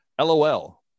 LOL